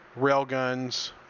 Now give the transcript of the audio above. railguns